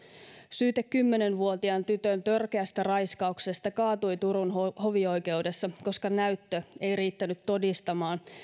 syyte kymmenen vuotiaan tytön törkeästä raiskauksesta kaatui turun hovioikeudessa koska näyttö ei riittänyt todistamaan